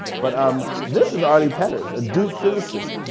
but um this is artie petters, a duke physicist.